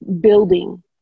building